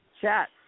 chat